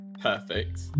perfect